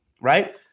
right